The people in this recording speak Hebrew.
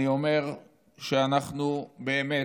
אני אומר שאנחנו באמת,